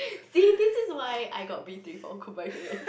see this is why I got B three for combined human